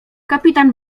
kapitan